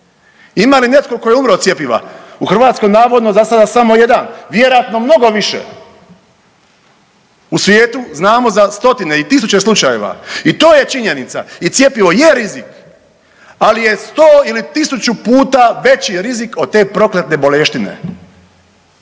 Ima li netko tko je umro od cjepiva? U Hrvatskoj navodno za sada samo jedan, vjerojatno mnogo više. U svijetu znamo za stotine i tisuće slučajeva i to je činjenica i cjepivo je rizik, ali je 100 ili 1000 puta veći rizik od te proklete boleštine.